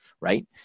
right